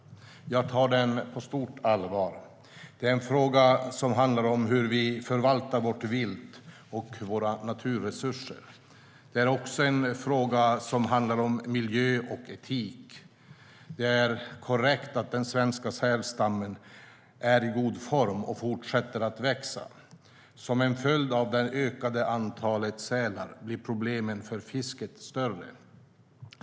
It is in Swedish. Jag tar den på stort allvar. Det är en fråga som handlar om hur vi förvaltar vårt vilt och våra naturresurser. Det är också en fråga som handlar om miljö och etik. Det är korrekt att den svenska sälstammen är i god form och fortsätter att växa. Som en följd av det ökade antalet sälar blir problemen för fisket större.